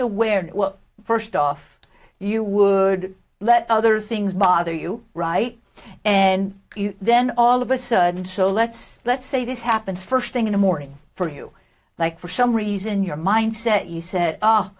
awareness well first off you would let other things bother you right and then all of a sudden so let's let's say this happens first thing in the morning for you like for some reason your mind set you said